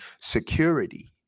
security